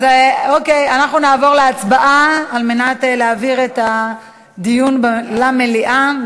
אנחנו נעבור להצבעה על ההצעה להעביר את הדיון למליאה.